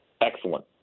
Excellent